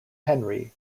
henry